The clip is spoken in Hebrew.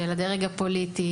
של הדרג הפוליטי,